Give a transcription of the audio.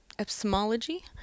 Epistemology